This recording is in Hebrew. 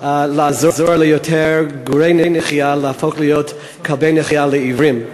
לעזור ליותר גורי נחייה להפוך לכלבי נחייה לעיוורים.